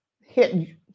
hit